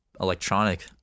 electronic